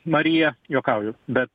marija juokauju bet